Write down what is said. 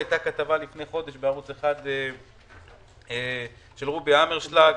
הייתה כתבה לפני חודש בערוץ 1 של רובי המרשלג,